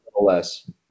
less